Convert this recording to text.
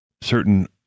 certain